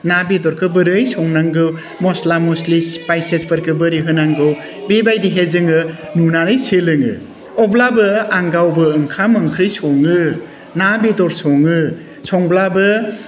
ना बेदरखौ बोरै संनांगौ मस्ला मस्लि स्पाइसेसफोरखो बोरै होनांगौ बेबायदिहै जोङो नुनानै सोलोङो अब्लाबो आं गावबो ओंखाम ओंख्रि सङो ना बेदर सङो संब्लाबो